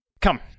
Come